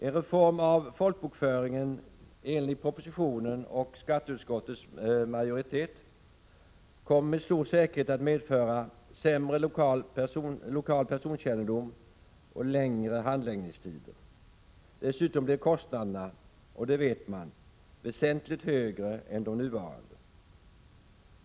En reform av folkbokföringen enligt propositionen och förslaget från skatteutskottets majoritet kommer med stor säkerhet att medföra sämre lokal personkännedom och längre handläggningstider. Dessutom blir kostnaderna, det vet man, väsentligt högre än de nuvarande.